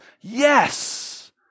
yes